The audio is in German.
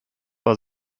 war